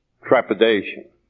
trepidation